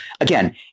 Again